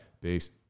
peace